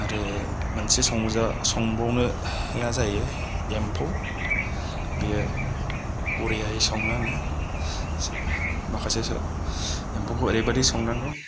आरो मोनसे संबावनोया जायो एमफौ बियो बरियायै सङो आङो माखासे एमफौखौ ओरैबायदि संनांगौ